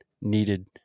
needed